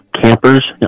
campers